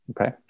Okay